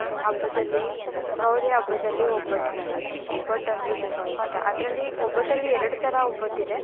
ಹಬ್ಬದಲ್ಲಿ ಗೌರಿ ಹಬ್ಬದಲ್ಲಿ ಒಬ್ಬಟ್ಟು ಮಾಡೋದು ಒಬ್ಬಟ್ಟು ಅಂದರೆ ತುಂಬ ಇಷ್ಟ ಅದರಲ್ಲಿ ಒಬ್ಬಟ್ಟಲ್ಲಿ ಎರಡು ಥರ ಒಬ್ಬಟ್ಟಿದೆ